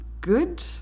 good